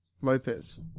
Lopez